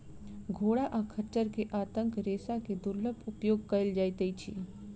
घोड़ा आ खच्चर के आंतक रेशा के दुर्लभ उपयोग कयल जाइत अछि